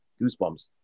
goosebumps